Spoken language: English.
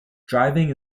driving